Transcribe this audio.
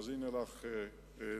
אז הנה לך דוגמאות,